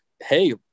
hey